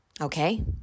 Okay